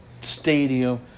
stadium